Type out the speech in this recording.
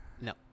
No